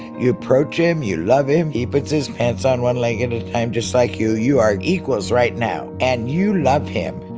you approach him. you love him. he puts his pants on one leg at a time, just like you. you are equals right now, and you love him.